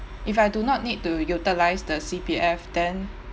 if I do not need to utilise the C_P_F then